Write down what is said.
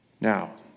Now